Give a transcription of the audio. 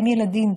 ביניהם ילדים,